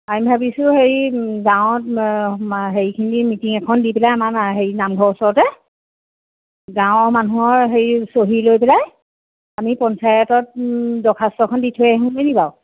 আমি ভাবিছোঁ হেৰি গাঁৱত হেৰিখিনি মিটিং এখন দি পেলাই আমাৰ হেৰি নামঘৰৰ ওচৰতে গাঁৱৰ মানুহৰ হেৰি চহী লৈ পেলাই আমি পঞ্চায়তত দৰ্খাস্তখন দি থৈ আহোগৈনি বাৰু